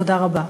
תודה רבה.